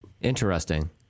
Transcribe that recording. interesting